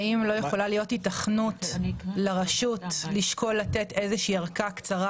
האם לא יכולה להיות התכנות לרשות לשקול לתת ארכה קצרה